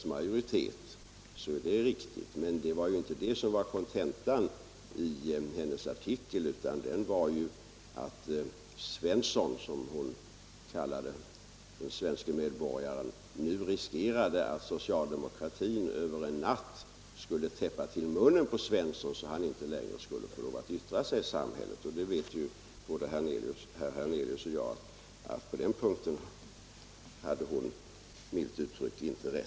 Men 4 juni 1976 det var ju inte det som var kontentan i hennes artikel, utan den var IE ju att Svensson, som hon kallade den svenske medborgaren, nu riskerade = Frioch rättigheter i att socialdemokratin över en natt skulle täppa till munnen på honom, grundlag så att han inte längre skulle få lov att yttra sig i samhället. Både herr Hernelius och jag vet emellertid att på den punkten hade hon, milt ut